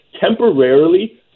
temporarily